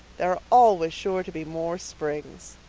there are always sure to be more springs.